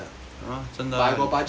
but I got budget [one] eh